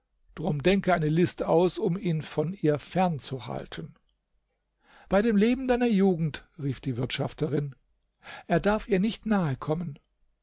drum denke eine list aus um ihn von ihr fern zu halten bei dem leben deiner jugend rief die wirtschafterin er darf ihr nicht nahe kommen